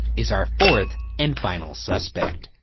is our fourth and final suspect.